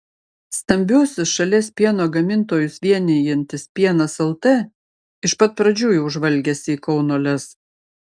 stambiuosius šalies pieno gamintojus vienijantis pienas lt iš pat pradžių jau žvalgėsi į kauno lez